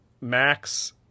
Max